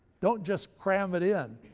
don't just cram it in,